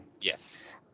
Yes